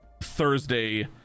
Thursday